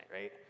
right